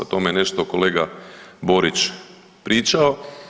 O tome je nešto kolega Borić pričao.